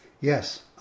Yes